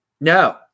No